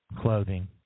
clothing